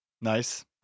Nice